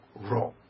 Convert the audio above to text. wrong